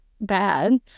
bad